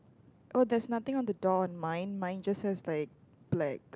oh there's nothing on the door on mine mine just has like black